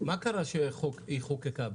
לאיזה צורך היא חוקקה?